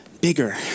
bigger